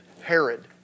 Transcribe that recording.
Herod